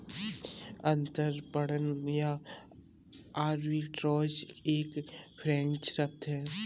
अंतरपणन या आर्बिट्राज एक फ्रेंच शब्द है